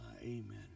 Amen